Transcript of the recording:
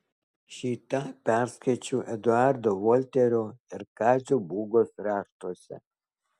šį tą perskaičiau eduardo volterio ir kazio būgos raštuose